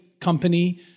company